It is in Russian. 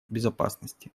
безопасности